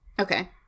Okay